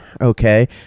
okay